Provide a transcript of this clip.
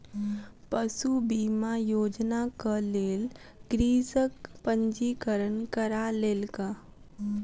पशु बीमा योजनाक लेल कृषक पंजीकरण करा लेलक